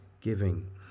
giving